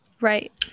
right